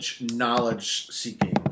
knowledge-seeking